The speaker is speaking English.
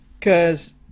cause